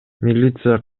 милиция